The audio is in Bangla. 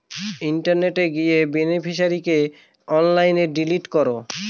ইন্টারনেটে গিয়ে বেনিফিশিয়ারিকে অনলাইনে ডিলিট করো